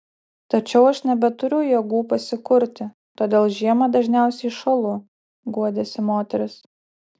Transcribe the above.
tačiau aš nebeturiu jėgų pasikurti todėl žiemą dažniausiai šąlu guodėsi moteris